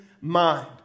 mind